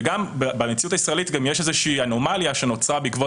ובמציאות הישראלית יש גם איזה אנומליה שנוצרה בעקבות